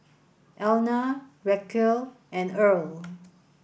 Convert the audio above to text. Elna Racquel and Earl